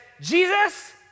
Jesus